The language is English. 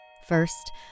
First